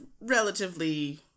relatively